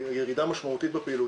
ירידה משמעותית בפעילות,